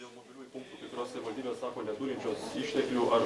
dėl mobiliųjų punktų kai kurios savivaldybės sako neturinčios išteklių ar